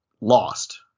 lost